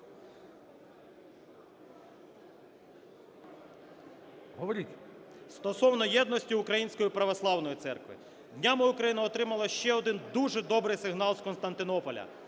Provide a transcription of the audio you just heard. А.В. Стосовно єдності Української Православної Церкви. Днями Україна отримала ще один дуже добрий сигнал з Константинополя.